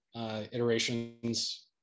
iterations